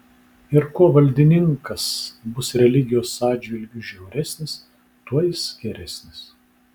ir kuo valdininkas bus religijos atžvilgiu žiauresnis tuo jis geresnis